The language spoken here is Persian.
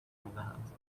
میدهند